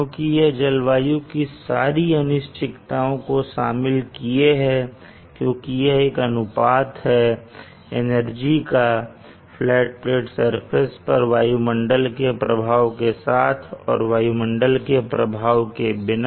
क्योंकि यह जलवायु की सारी अनिश्चितआएं को शामिल किए है क्योंकि यह एक अनुपात है एनर्जी का फ्लैट सरफेस पर वायुमंडल के प्रभाव के साथ और वायुमंडल के प्रभाव के बिना